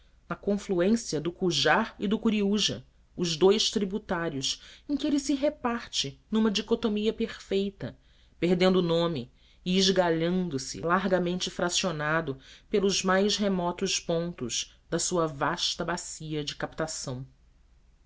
na confluência do cujar e do curiúja os dois tributários em que ele se reparte numa dicotomia perfeita perdendo o nome e esgalhando se largamente fracionado pelos mais remotos pontos da sua vasta bacia de captação